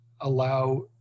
allow